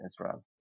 Israel